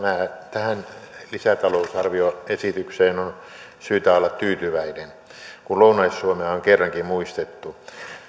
tähän lisätalousarvioesitykseen on syytä olla tyytyväinen kun lounais suomea on kerrankin muistettu